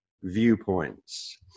viewpoints